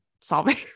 solving